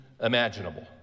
imaginable